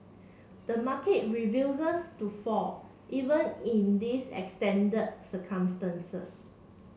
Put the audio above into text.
the market refuses to fall even in these extended circumstances